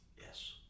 Yes